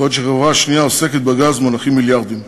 בעוד בחברה השנייה, העוסקת בגז, מונחים מיליארדים.